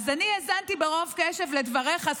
אני האזנתי ברוב קשב לדבריך,